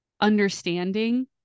understanding